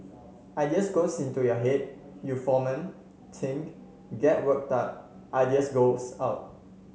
ideas goes into your head you foment think get worked up ideas goes out